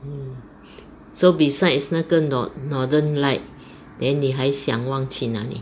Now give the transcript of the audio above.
mm so beside 那个 north northern light then 你还向往去那里